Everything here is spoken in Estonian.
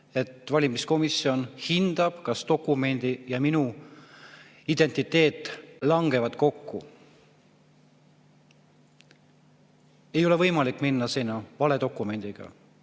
et valimiskomisjon hindab, kas dokumendi ja minu identiteet langevad kokku. Ei ole võimalik minna sinna valedokumendiga.